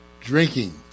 Drinking